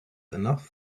enough